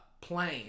plane